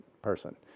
person